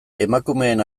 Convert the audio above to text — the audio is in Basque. emakumeen